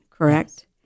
Correct